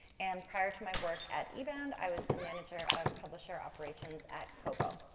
and prior to my work at ebound, i was the manager of publisher operations at kobo.